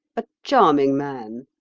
a charming man.